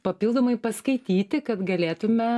papildomai paskaityti kad galėtume